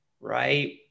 right